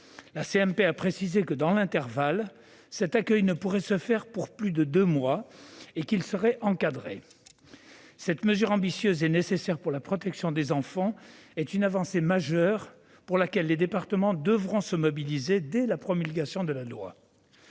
a précisé que, dans l'intervalle, cet accueil ne pourrait se faire pour plus de deux mois et qu'il serait encadré. Cette mesure ambitieuse et nécessaire pour la protection des enfants représente une avancée majeure pour laquelle les départements devront se mobiliser dès la promulgation de la loi.